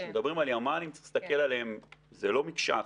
כשמדברים על ימ"לים זה לא מקשה אחת.